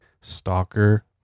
stalker